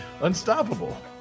unstoppable